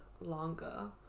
longer